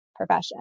Profession